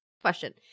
Question